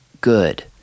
good